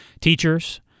teachers